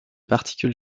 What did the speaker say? particule